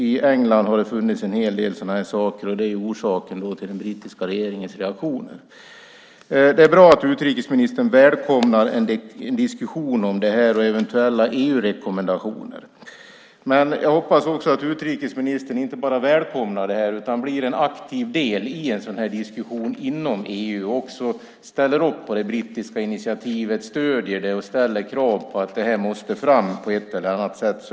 I England har det funnits en del sådana saker, och det är anledningen till den brittiska regeringens reaktioner. Det är bra att utrikesministern välkomnar en diskussion om detta och eventuella EU-rekommendationer, men jag hoppas att han inte bara välkomnar detta utan blir en aktiv deltagare i en sådan diskussion inom EU och ställer upp på det brittiska initiativet, stödjer det och ställer krav på att detta måste tas fram på ett eller annat sätt.